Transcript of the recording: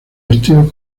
vestidos